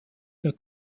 der